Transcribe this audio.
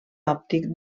òptic